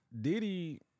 Diddy